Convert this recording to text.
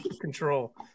control